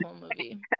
movie